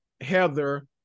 Heather